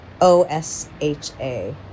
O-S-H-A